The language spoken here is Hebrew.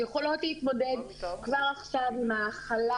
יכולות להתמודד כבר עכשיו עם ההחלה